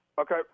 Okay